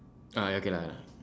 ah okay lah